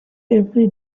every